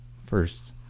first